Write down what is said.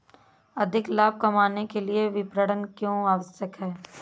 अधिक लाभ कमाने के लिए विपणन क्यो आवश्यक है?